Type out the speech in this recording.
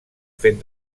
fet